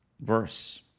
verse